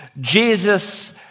Jesus